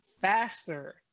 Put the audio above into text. faster